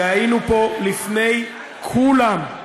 היינו פה לפני כולם,